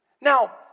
Now